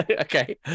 Okay